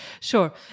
Sure